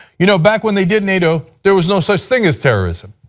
you know, back when they did nato there was no such thing as terrorism.